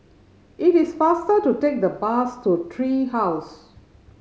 it is faster to take the bus to Tree House